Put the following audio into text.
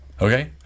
Okay